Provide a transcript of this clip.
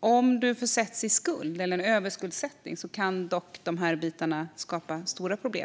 Om man försätts i skuld eller överskuldsättning kan de här bitarna dock skapa stora problem.